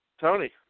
Tony